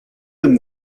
them